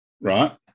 right